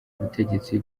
ubutegetsi